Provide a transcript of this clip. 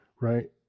right